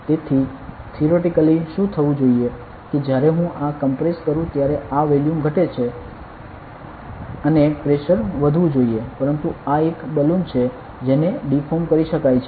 તેથી થીઓરેટિકલી શું થવું જોઈએ કે જ્યારે હું આ કમ્પ્રેસ કરું ત્યારે આ વોલ્યુમ ઘટે છે અને પ્રેશર વધવું જોઈએ પરંતુ આ એક બલૂન છે જેને ડીફોર્મ કરી શકાય છે